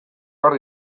behar